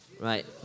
Right